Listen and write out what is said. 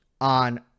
on